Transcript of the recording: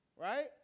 Right